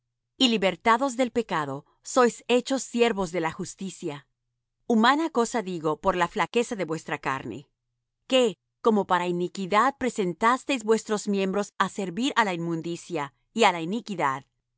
y libertados del pecado sois hechos siervos de la justicia humana cosa digo por la flaqueza de vuestra carne que como para iniquidad presentasteis vuestros miembros á servir á la inmundicia y á la iniquidad